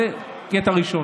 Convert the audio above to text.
זה קטע ראשון.